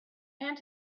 and